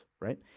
right